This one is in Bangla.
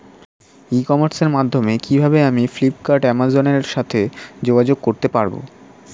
ই কমার্সের মাধ্যমে কিভাবে আমি ফ্লিপকার্ট অ্যামাজন এর সাথে যোগাযোগ স্থাপন করতে পারব?